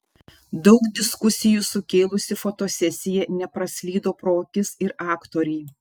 daug diskusijų sukėlusi fotosesija nepraslydo pro akis ir aktorei